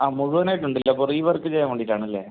ആ മുഴുവനായിട്ടുണ്ടല്ലേ അപ്പോൾ റീവർക്ക് ചെയ്യാൻ വേണ്ടീട്ടാണല്ലേ